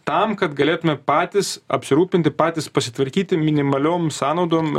tam kad galėtume patys apsirūpinti patys pasitvarkyti minimaliom sąnaudom